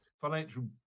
financial